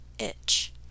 itch